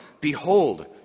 Behold